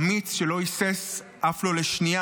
אמיץ שלא היסס אף לא לשנייה,